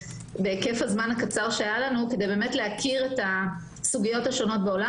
בהיקף הזמן הקצר שהיה לנו כדי באמת להכיר את הסוגיות השונות בעולם.